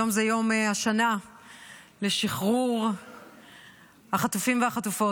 היום זה יום השנה לשחרור החטופים והחטופות,